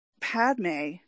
Padme